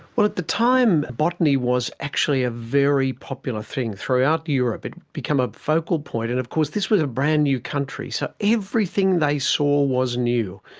well, at the time botany was actually a very popular thing. throughout europe it had become a focal point, and of course this was a brand new country, so everything they saw was new.